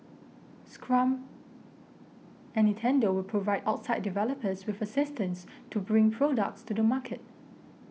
Scrum and Nintendo will provide outside developers with assistance to bring products to the market